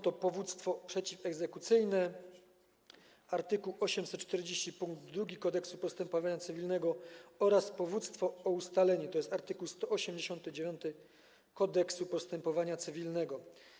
Chodzi o powództwo przeciwegzekucyjne, art. 840 pkt 2 Kodeksu postępowania cywilnego, oraz powództwo o ustalenie, art. 189 Kodeksu postępowania cywilnego.